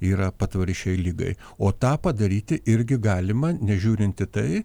yra patvari šiai ligai o tą padaryti irgi galima nežiūrint į tai